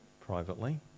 privately